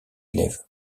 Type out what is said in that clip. élève